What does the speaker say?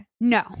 no